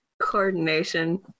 coordination